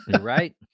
Right